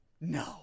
No